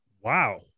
Wow